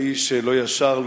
האיש לא ישר,